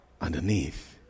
underneath